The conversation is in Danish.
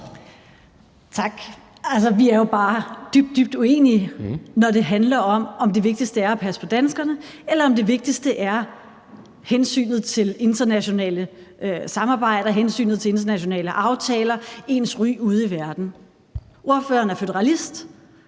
vi er jo bare dybt, dybt uenige, når det handler om, om det vigtigste er at passe på danskerne, eller om det vigtigste er hensynet til internationale samarbejder, hensynet til internationale aftaler og ens ry ude i verden. Ordføreren er føderalist